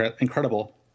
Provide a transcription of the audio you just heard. incredible